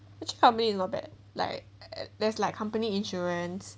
company is not bad like there's like company insurance